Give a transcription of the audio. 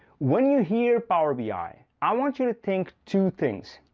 when you hear power bi, i i want you to think two things.